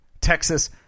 Texas